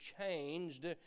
changed